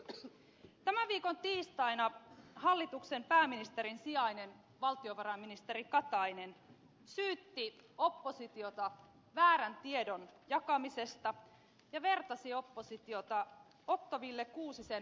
tämän viikon tiistaina hallituksen pääministerin sijainen valtiovarainministeri katainen syytti oppositiota väärän tiedon jakamisesta ja vertasi oppositiota otto wille kuusisen maanpetturihallituksen toimintaan